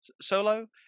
solo